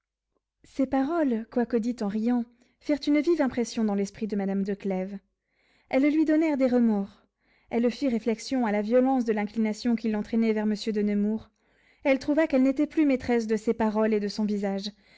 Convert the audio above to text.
ces paroles quoique dites en riant firent une vive impression dans l'esprit de madame de clèves elles lui donnèrent des remords elle fit réflexion à la violence de l'inclination qui l'entraînait vers monsieur de nemours elle trouva qu'elle n'était plus maîtresse de ses paroles et de son visage